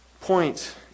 point